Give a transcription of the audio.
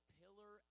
pillar